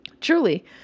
Truly